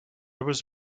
was